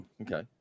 Okay